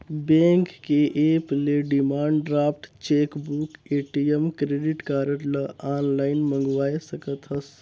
bank के app ले demand draft, chequebook, ATM, credit card ल आनलाइन मंगवाये सकथस